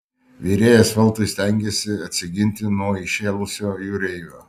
virėjas veltui stengėsi atsiginti nuo įšėlusio jūreivio